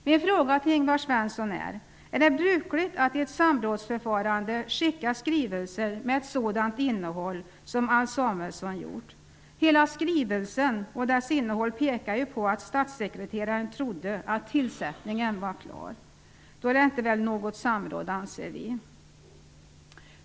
Min fråga till Ingvar Svensson är: Är det brukligt att i ett samrådsförfarande skicka skrivelser med ett sådant innehåll som Alf Samuelsson framför? Hela skrivelsen och dess innehåll pekar ju på att statssekreteraren trodde att tillsättningen var klar! Då är det inte fråga om något samråd, anser vi reservanter.